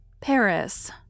Paris